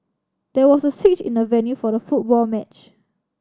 there was a switch in the venue for the football match